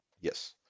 yes